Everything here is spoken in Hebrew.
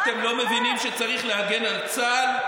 "אתם לא מבינים שצריך להגן על צה"ל,